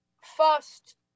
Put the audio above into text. first